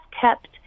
kept